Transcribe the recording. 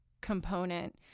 component